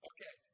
Okay